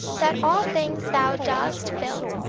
that all things thou dost fill,